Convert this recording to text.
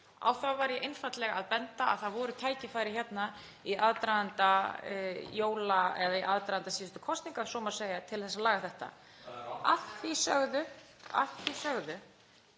Á það var ég einfaldlega að benda, að það voru tækifæri hérna í aðdraganda jóla eða í aðdraganda síðustu kosninga, ef svo má segja, til þess að laga þetta. (Gripið